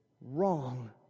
wrong